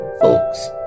folks